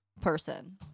person